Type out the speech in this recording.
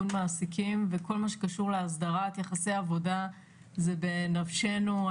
מעסיקים וכל מה שקשור להסדרת יחסי עבודה זה בנפשנו.